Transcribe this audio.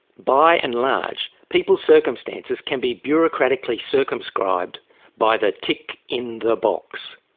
by and large people's circumstances can be bureaucratically circumscribed by the tick in the box.